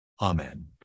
amen